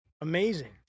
Amazing